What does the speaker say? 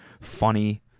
funny